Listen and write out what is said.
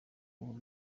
ubu